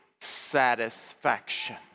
satisfaction